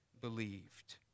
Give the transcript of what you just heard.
believed